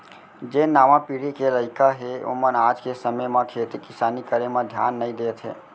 जेन नावा पीढ़ी के लइका हें ओमन आज के समे म खेती किसानी करे म धियान नइ देत हें